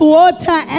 water